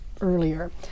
earlier